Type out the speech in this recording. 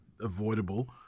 avoidable